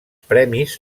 premis